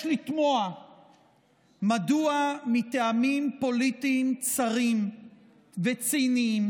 יש לתמוה מדוע מטעמים פוליטיים צרים וציניים